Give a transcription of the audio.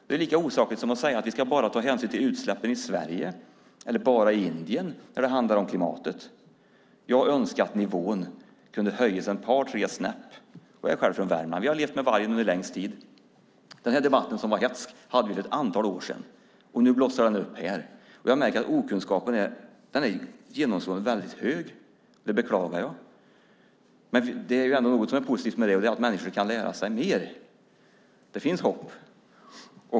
Det är lika osakligt som att säga att vi bara ska ta hänsyn till utsläppen i Sverige eller bara i Indien när det handlar om klimatet. Jag önskar att nivån kunde höjas ett par tre snäpp. Jag är själv från Värmland. Vi har levt med vargen under längst tid. Vi hade en hätsk debatt för ett antal år sedan. Nu blossar den upp här. Jag märker att okunskapen genomgående är stor. Det beklagar jag. Men det är ändå något som är positivt med det. Det är att människor kan lära sig mer. Det finns hopp.